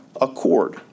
accord